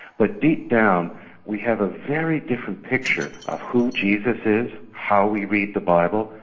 but deep down we have a very different picture of who jesus is, how we read the bible,